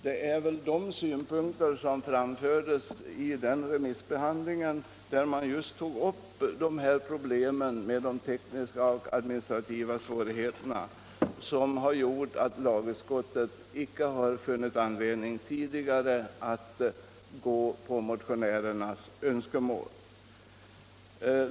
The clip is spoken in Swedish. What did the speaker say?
Det är väl de synpunkter som framfördes i samband med remissbehandlingen och som visade på tekniska och administrativa svårigheter som har gjort att lagutskottet tidigare icke funnit anledning att gå på motionärernas linje.